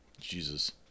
Jesus